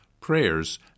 prayers